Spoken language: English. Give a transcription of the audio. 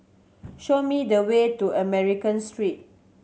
show me the way to American Street